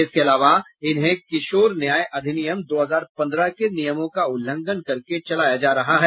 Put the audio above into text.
इसके अलावा इन्हें किशोर न्याय अधिनियम दो हजार पंद्रह के नियमों का उल्लंघन कर चलाया जा रहा था